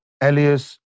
Elias